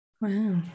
wow